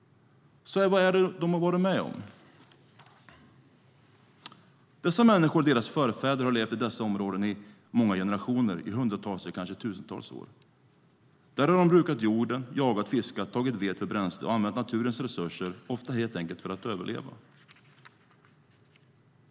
Vad är det dessa människor har varit med om? Dessa människor och deras förfäder har levt i dessa områden i många generationer, i hundratals och kanske i tusentals år. Där har de brukat jorden, jagat, fiskat, tagit ved för bränsle och använt naturens resurser, ofta helt enkelt för att överleva.